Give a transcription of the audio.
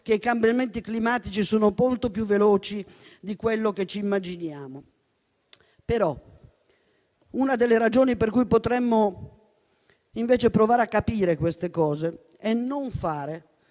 che i cambiamenti climatici sono molto più veloci di quello che ci immaginiamo. Una delle ragioni però per cui potremmo invece provare a capire queste cose è non fare